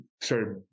started